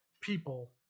people